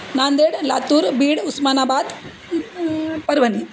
Nanded Latur Beed Osmanabad Parbhani